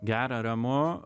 gera ramu